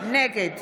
נגד